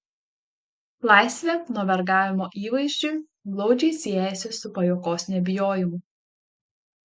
laisvė nuo vergavimo įvaizdžiui glaudžiai siejasi su pajuokos nebijojimu